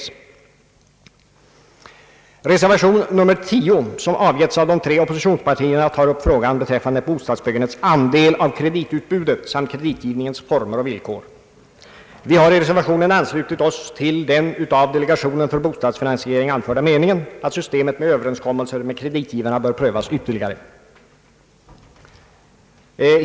I reservation nr 10, som avgivits av representanterna för de tre oppositionspartierna, behandlas frågan om bostadsbyggandets andel av kreditutbudet samt kreditgivningens former och villkor. Vi har i reservationen anslutit oss till den av delegationen för bostadsfinansiering anförda meningen att systemet med överenskommelser med kreditgivarna bör prövas ytterligare.